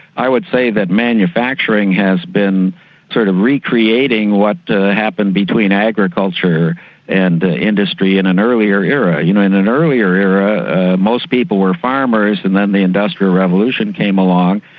i would say that manufacturing has been sort of recreating what happened between agriculture and ah industry in an earlier era. you know, in an earlier era most people were farmers and then the industrial revolution came along,